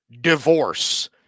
divorce